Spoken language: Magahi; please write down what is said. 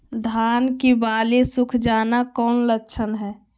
धान की बाली सुख जाना कौन लक्षण हैं?